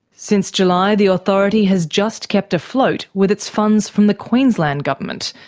since july the authority has just kept afloat with its funds from the queensland government,